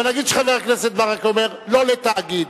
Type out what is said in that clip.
אבל נגיד שחבר הכנסת ברכה אומר: לא לתאגיד.